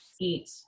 eat